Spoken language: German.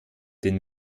den